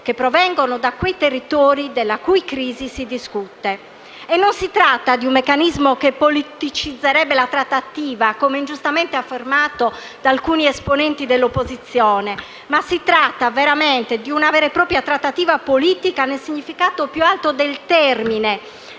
che provengono da quei territori della cui crisi si discute. E non si tratta di un meccanismo che politicizzerebbe la trattativa (come ingiustamente affermato da alcuni esponenti dell'opposizione), ma di una vera e propria trattativa politica nel significato più alto del termine,